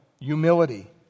Humility